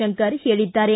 ಶಂಕರ್ ಹೇಳಿದ್ದಾರೆ